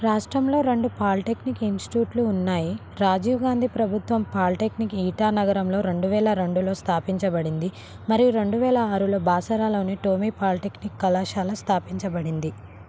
రాష్ట్రంలో రెండు పాలిటెక్నిక్ ఇనిస్టిట్యూట్లు ఉన్నాయి రాజీవ్ గాంధీ ప్రబుత్వం పాలిటెక్నిక్ ఇటానగరంలో రెండు వేల రెండులో స్థాపించబడింది మరియు రెండు వేల ఆరులో బాసర్లోని టోమీ పాలిటెక్నిక్ కళాశాల స్థాపించబడింది